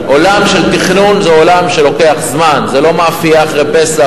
באזורי המרכז ו-100 מ"ר באזורי הפריפריה.